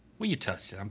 well you touched it, um